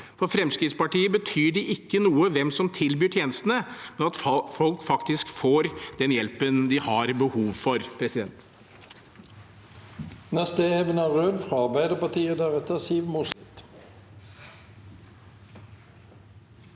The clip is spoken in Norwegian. For Fremskrittspartiet betyr det ikke noe hvem som tilbyr tjenestene, men at folk faktisk får hjelpen de har behov for. Even